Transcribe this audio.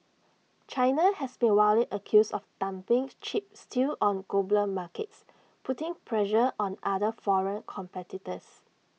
China has been widely accused of dumping cheap steel on global markets putting pressure on other foreign competitors